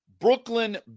Brooklyn